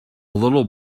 little